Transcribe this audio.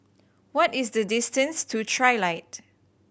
what is the distance to Trilight